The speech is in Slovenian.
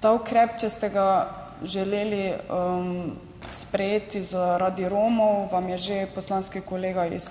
Ta ukrep, če ste ga želeli sprejeti zaradi Romov, vam je že poslanski kolega iz